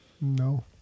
no